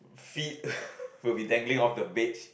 feet will be dangling off the bed